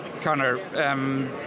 Connor